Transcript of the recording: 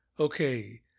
Okay